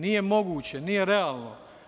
Nije moguće, nije realno.